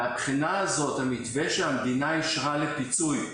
המתווה שהמדינה אישרה לפיצוי,